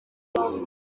uruhare